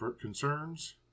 concerns